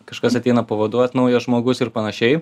kažkas ateina pavaduot naujas žmogus ir panašiai